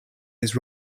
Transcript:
his